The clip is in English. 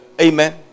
Amen